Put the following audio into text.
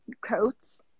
coats